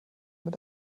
mit